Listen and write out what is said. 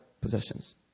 possessions